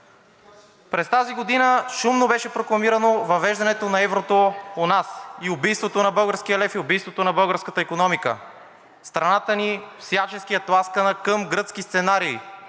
През тази година шумно беше прокламирано въвеждането на еврото у нас, убийството на българския лев, и убийството на българската икономика. Страната ни всячески е тласкана към гръцки сценарий